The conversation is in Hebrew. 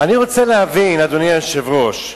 יש יותר מדי ריח.